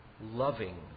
loving